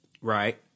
Right